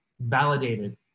validated